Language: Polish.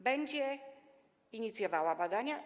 Będzie inicjowała badania.